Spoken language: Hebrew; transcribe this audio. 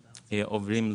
המס עוברים לטבק.